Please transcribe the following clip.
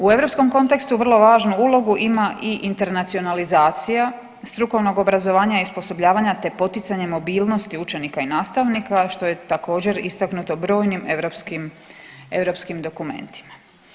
U europskom kontekstu vrlo važnu ulogu ima i internacionalizacija strukovnog obrazovanja i osposobljavanja, te poticanje mobilnosti učenika i nastavnika što je također istaknuto bojnim europskim dokumentima.